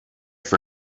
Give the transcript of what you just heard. for